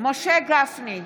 משה גפני,